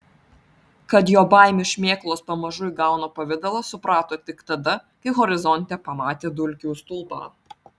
kad jo baimių šmėklos pamažu įgauna pavidalą suprato tik tada kai horizonte pamatė dulkių stulpą